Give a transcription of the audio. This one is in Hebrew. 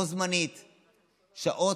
שעות.